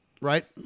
Right